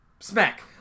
Smack